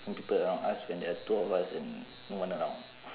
people around us when there are two of us and no one around